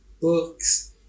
books